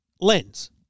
lens